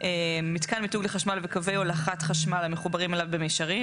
מתקן מיתוג לחשמל וקווי הולכת חשמל המחוברים אליו במישרין.